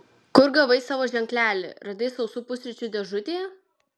kur gavai savo ženklelį radai sausų pusryčių dėžutėje